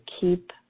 keep